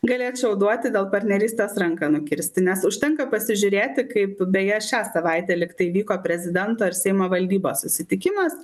galėčiau duoti dėl partnerystės ranką nukirsti nes užtenka pasižiūrėti kaip beje šią savaitę lyg tai vyko prezidento ir seimo valdybos susitikimas